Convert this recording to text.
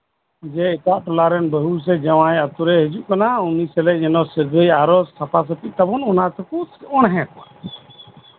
ᱡᱮ ᱮᱴᱟᱜ ᱴᱚᱞᱟᱨᱮᱱ ᱡᱟᱣᱟᱭ ᱥᱮ ᱵᱟᱹᱦᱩᱭ ᱦᱤᱡᱩᱜ ᱠᱟᱱᱟ ᱩᱱᱤ ᱥᱟᱶᱛᱮᱜ ᱥᱟᱹᱜᱟᱹᱭ ᱡᱮᱢᱚᱱ ᱥᱟᱯᱷᱟ ᱥᱟᱯᱷᱤᱜ ᱛᱟᱵᱚᱱ ᱚᱱᱟ ᱛᱮᱠᱚ ᱚᱲᱦᱮᱸ ᱠᱚᱣᱟ